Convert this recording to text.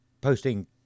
posting